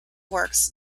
works